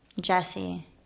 Jesse